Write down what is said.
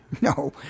No